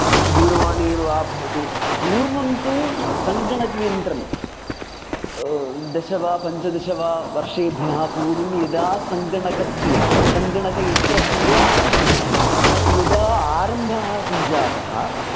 किं दूरवाणी वा भवतु पूर्नं तु सङ्गणकयन्त्रं दश वा पञ्चदश वा वर्षेभ्यः पूर्वं यदा सङ्गणकस्य सङ्गणकयन्त्रस्य यदा आरम्भः सञ्जातः